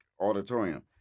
auditorium